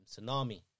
Tsunami